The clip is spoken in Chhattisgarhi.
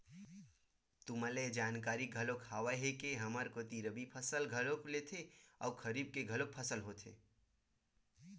तुमला तो ये जानकारी घलोक हावे ही के हमर कोती रबि फसल घलोक लेथे अउ खरीफ के घलोक फसल होथे